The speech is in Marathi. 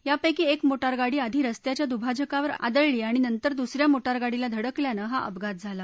यांपैकी एक मोटारगाडी आधी रस्त्याच्या दुभाजकावर आदळली आणि नंतर दुसऱ्या मोटारगाडीला धडकल्यानं हा अपघात झाला